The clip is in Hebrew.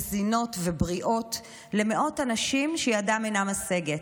מזינות ובריאות למאות אנשים שידם אינה משגת.